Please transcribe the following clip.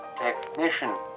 technician